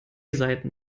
seiten